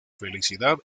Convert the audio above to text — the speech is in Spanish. felicidad